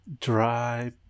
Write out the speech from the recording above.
Dry